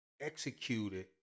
executed